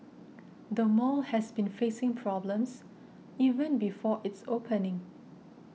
the mall has been facing problems even before its opening